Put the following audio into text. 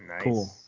Cool